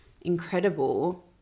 incredible